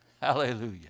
Hallelujah